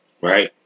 right